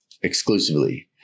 exclusively